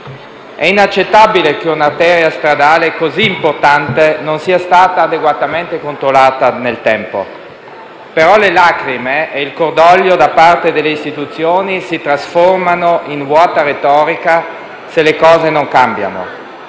È inaccettabile che un'arteria stradale così importante non sia stata adeguatamente controllata nel tempo. Però le lacrime e il cordoglio da parte delle istituzioni si trasformano in vuota retorica se le cose non cambiano.